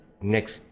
next